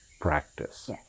practice